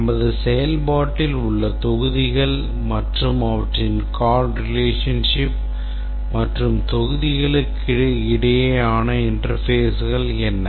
நமது செயல்பாட்டில் உள்ள தொகுதிகள் மற்றும் அவற்றின் call relationships மற்றும் தொகுதிகளுக்கு இடையிலான interfaces என்ன